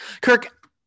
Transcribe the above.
Kirk